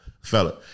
fella